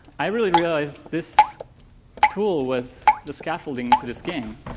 i really realized this tool was the scaffolding to this game.